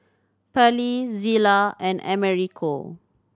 Pallie Zela and Americo